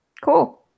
Cool